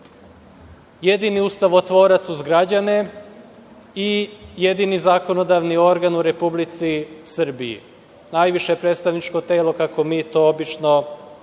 jedini ustanotvorac uz građane i jedini zakonodavni organ u Republici Srbiji. Najviše predstavničko telo, kako mi to obično kažemo.